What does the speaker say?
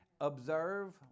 Observe